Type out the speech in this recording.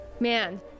man